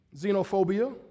Xenophobia